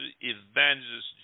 Evangelist